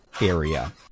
area